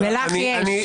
ולך יש?